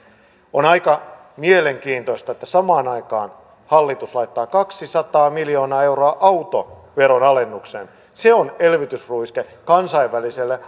on aika mielenkiintoista että samaan aikaan hallitus laittaa kaksisataa miljoonaa euroa autoveron alennukseen se on elvytysruiske kansainväliselle